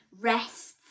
rests